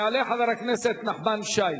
יעלה חבר הכנסת נחמן שי,